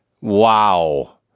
Wow